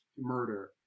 murder